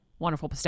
wonderful